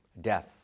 death